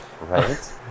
Right